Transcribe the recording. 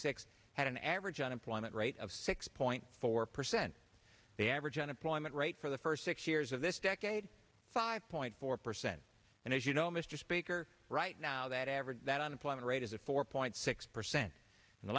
six had an average unemployment rate of six point four percent the average unemployment rate for the first six years so this decade five point four percent and as you know mr speaker right now that average that unemployment rate is a four point six percent and the